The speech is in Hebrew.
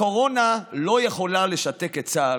הקורונה לא יכולה לשתק את צה"ל,